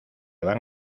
van